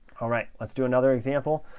all right, let's do another example.